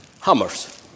hammers